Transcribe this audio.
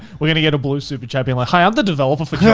we're gonna get a blue super champion. like, hi, i'm the developer. but yeah